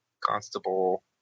Constable